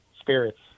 spirits